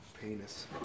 penis